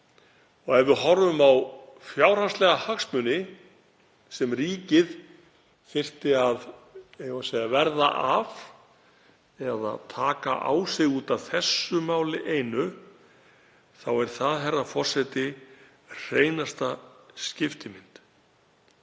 Ef við horfum á fjárhagslega hagsmuni sem ríkið þyrfti að verða af eða taka á sig út af þessu máli einu, þá er það, herra forseti, hreinasta skiptimynt.